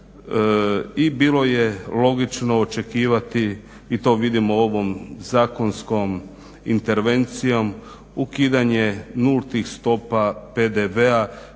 i bilo je logično očekivati i to vidimo ovom zakonskom intervencijom ukidanje nultih stopa PDV-a